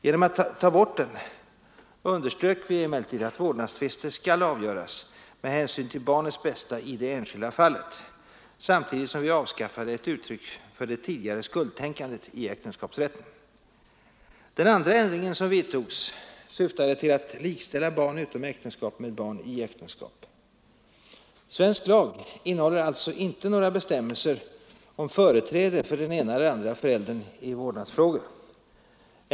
Genom att ta bort den underströk vi emellertid att vårdnadstvister skall avgöras med hänsyn till barnets bästa i det enskilda fallet, samtidigt som vi avskaffade ett uttryck för det tidigare skuldtänkandet i äktenskapsrätten. Den andra ändringen som vidtogs i vårdnadsreglerna syftade till att likställa barn utom äktenskap med barn i äktenskap. Svensk lag innehåller alltså inte några bestämmelser om företräde för endera föräldern i vårdnadsfrågor.